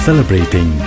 Celebrating